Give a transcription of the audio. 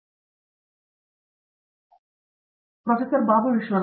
professor Babu ವಿಶ್ವನಾಥ್ನಿಂದ ಪದವೀಧರರಾಗಿರುವಾಗ ಅವರು ಯಾವ ರೀತಿಯ ಸ್ಥಾನಗಳನ್ನು ಪಡೆದುಕೊಳ್ಳುತ್ತಾರೆ